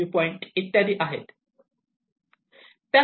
2 इत्यादी आहेत